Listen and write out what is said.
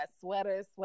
sweaters